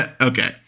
okay